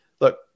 Look